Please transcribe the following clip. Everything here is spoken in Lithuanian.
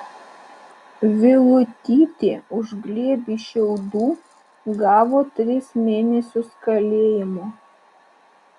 vilutytė už glėbį šiaudų gavo tris mėnesius kalėjimo